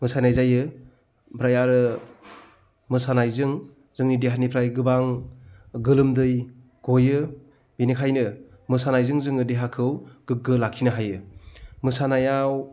मोसानाय जायो ओमफ्राय आरो मोसानायजों जोंनि देहानिफ्राय गोबां गोलोमदै गयो बेनिखायनो मोसानायजों जोङो देहाखौ गोग्गो लाखिनो हायो मोसानायाव